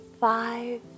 five